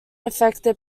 affected